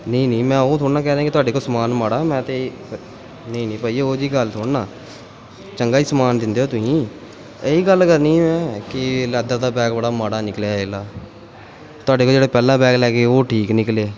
ਨਹੀਂ ਨਹੀਂ ਮੈਂ ਉਹ ਥੋੜ੍ਹਾ ਨਾ ਕਹਿ ਰਿਹਾ ਕਿ ਤੁਹਾਡੇ ਕੋਲ ਸਮਾਨ ਮਾੜਾ ਮੈਂ ਤਾਂ ਨਹੀਂ ਨਹੀਂ ਭਾਅ ਜੀ ਉਹ ਜਿਹੀ ਗੱਲ ਥੋੜ੍ਹਾ ਨਾ ਚੰਗਾ ਹੀ ਸਮਾਨ ਦਿੰਦੇ ਹੋ ਤੁਸੀਂ ਇਹੀ ਗੱਲ ਕਰਨੀ ਸੀ ਮੈਂ ਕਿ ਲੈਦਰ ਦਾ ਬੈਗ ਬੜਾ ਮਾੜਾ ਨਿਕਲਿਆ ਇਹਲਾ ਤੁਹਾਡੇ ਕੋਲ ਜਿਹੜੇ ਪਹਿਲਾਂ ਬੈਗ ਲੈ ਕੇ ਗਏ ਉਹ ਠੀਕ ਨਿਕਲੇ